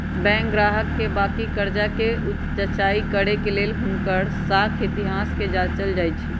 bank गाहक के बाकि कर्जा कें जचाई करे के लेल हुनकर साख इतिहास के जाचल जाइ छइ